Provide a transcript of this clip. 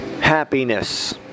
Happiness